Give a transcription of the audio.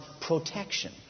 protection